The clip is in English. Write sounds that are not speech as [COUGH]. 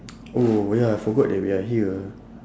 [NOISE] oh ya I forgot that we are here ah